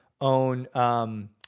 own